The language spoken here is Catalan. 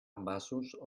envasos